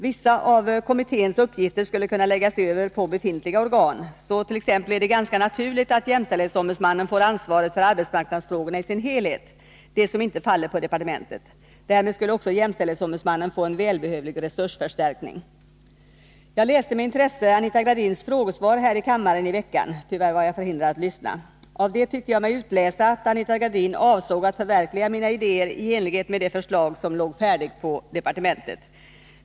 Vissa av kommitténs uppgifter skulle kunna läggas över på befintliga organ. Så t.ex. är det ganska naturligt att jämställdhetsombudsmannen får ansvaret för arbetsmarknadsfrågorna i deras helhet — förutom det som faller på departementet. Därmed skulle också jämställdhetsombudsmannen få en välbehövlig resursförstärkning. Jag läste med intresse Anita Gradins frågesvar här i kammaren i veckan. Tyvärr var jag förhindrad att lyssna på hennes svar. Av det tyckte jag mig utläsa att Anita Gradin avsåg att förverkliga mina idéer i enlighet med det förslag som låg färdigt på departementet.